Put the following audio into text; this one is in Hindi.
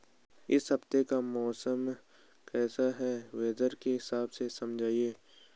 इस हफ्ते का मौसम कैसा है वेदर के हिसाब से समझाइए?